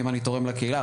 אני תורם לקהילה,